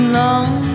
long